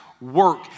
work